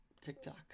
TikTok